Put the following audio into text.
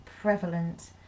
prevalent